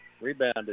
Rebounded